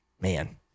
Man